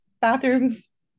bathrooms